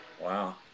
Wow